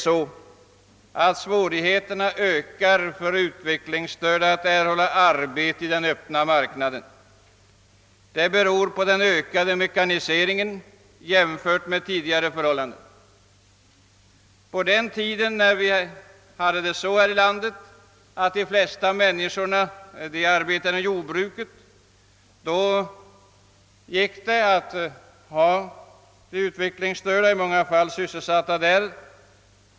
Svårigheterna ökar för de utvecklingsstörda när det gäller att erhålla arbete på den öppna marknaden. Detta beror på en jämfört med tidigare förhållanden ökad mekanisering. På den tiden när de flesta människorna i vårt land arbetade i jordbruket var det i många fall möjligt att hålla de utvecklingsstörda sysselsatta där.